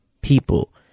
People